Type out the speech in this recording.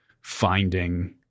finding